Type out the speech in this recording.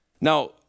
Now